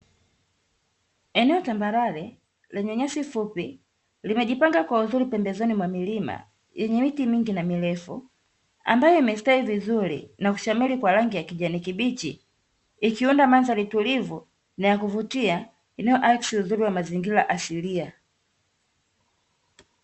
Eneo tambarare lenye nyasi fupi, limejipanga kwa uzuri pembezoni mwa milima, yenye miti mingi na mirefu. Ambayo imestawi vizuri na kushamiri kwa rangi ya kijani kibichi, ikiunda mandhari tulivu na ya kuvutia, inayoakisi uzuri wa mazingira asilia.